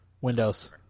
Windows